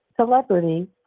Celebrity